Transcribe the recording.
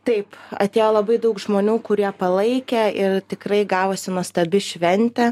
taip atėjo labai daug žmonių kurie palaikė ir tikrai gavosi nuostabi šventė